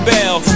Bell